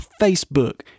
Facebook